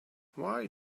why